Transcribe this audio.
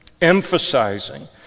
emphasizing